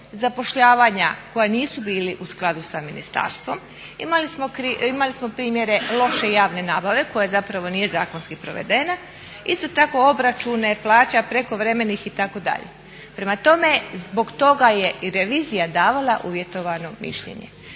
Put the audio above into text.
zapošljavanja koja nisu bila u skladu sa ministarstvom, imali smo primjere loš javne nabave koja zapravo nije zakonski provedene, isto tako obračune plaća, prekovremenih itd. Prema tome, zbog toga je i revizija davala uvjetovano mišljenje.